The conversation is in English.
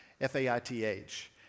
F-A-I-T-H